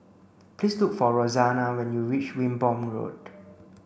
please look for Rosanna when you reach Wimborne Road